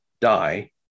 die